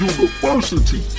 University